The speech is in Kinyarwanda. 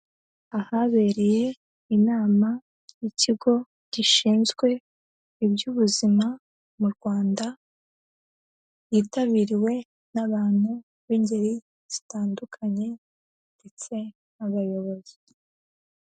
Ahabereye inama y'ikigo gishinzwe iby'ubuzima mu Rwanda, yitabiriwe n'abantu b'ingeri zitandukanye ndetse n'abayobozi.